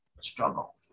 struggle